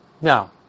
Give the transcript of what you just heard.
Now